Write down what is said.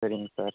சரிங்க சார்